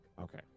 Okay